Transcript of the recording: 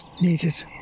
needed